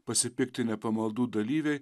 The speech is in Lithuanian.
pasipiktinę pamaldų dalyviai